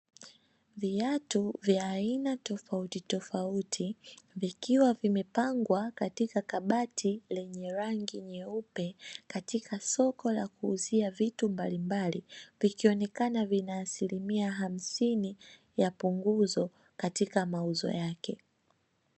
Viatu vya aina tofauti tofauti vikiwa vimepangwa katika kabati lenye rangi nyeupe katika soko la kuuzia vitu mbalimbali, vikionekana vina asilimia hamsini ya punguzo katika mauzo yake.